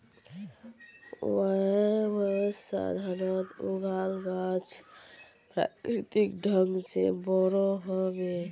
वायवसंवर्धनत उगाल गाछ प्राकृतिक ढंग से बोरो ह बे